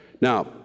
Now